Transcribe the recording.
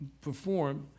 perform